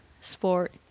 sport